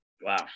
Wow